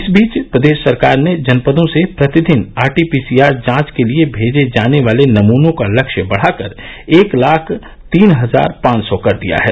इस बीच प्रदेश सरकार ने जनपदों से प्रतिदिन आरटी पीसीआर जांच के लिए मेजे जाने वाले नमूनों का लक्ष्य बढ़ाकर एक लाख तीन हजार पांच सौ कर दिया है